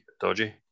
dodgy